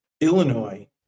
illinois